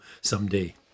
someday